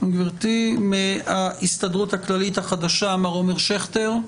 גברתי; מההסתדרות הכללית החדשה מר עומר שכטר.